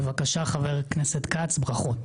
בבקשה, חבר הכנסת כץ, ברכות.